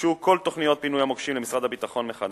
הוגשו כל תוכניות פינוי המוקשים למשרד הביטחון מחדש.